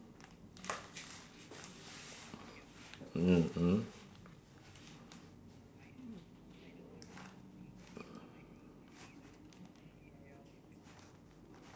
mmhmm